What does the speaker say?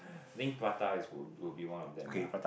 I think prata is will would be one of them lah